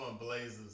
Blazers